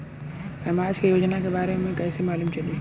समाज के योजना के बारे में कैसे मालूम चली?